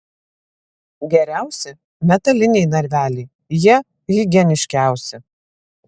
geriausi metaliniai narveliai jie higieniškiausi